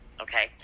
Okay